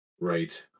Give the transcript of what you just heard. Right